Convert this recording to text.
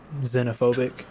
Xenophobic